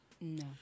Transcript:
No